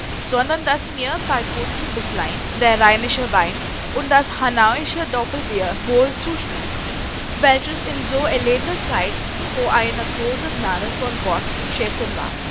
sondern daß mir bei guten bißlein der rheinische wein und das hanauische doppelbier wohl zuschlug welches in so elender zeit vor eine große gnade von gott zu schätzen war